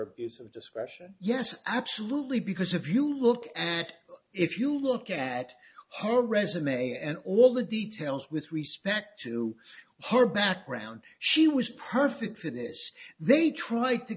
abuse of discretion yes absolutely because if you look at if you look at her resume and all the details with respect to her background she was perfect for this they tr